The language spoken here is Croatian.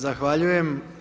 Zahvaljujem.